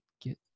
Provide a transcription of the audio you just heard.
get